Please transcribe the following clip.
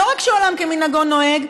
ולא רק שעולם כמנהגו נוהג,